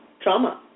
trauma